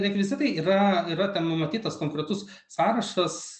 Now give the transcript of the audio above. rekvizitai yra yra ten numatytas konkretus sąrašas